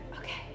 Okay